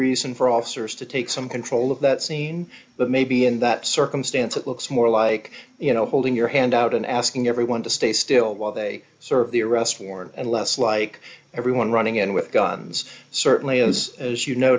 reason for officers to take some control of that scene but maybe in that circumstance it looks more like you know holding your hand out and asking everyone to stay still while they serve the arrest warrant and less like everyone running in with guns certainly is as you no